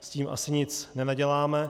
S tím asi nic nenaděláme.